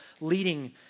leading